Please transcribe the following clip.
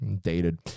dated